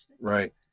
Right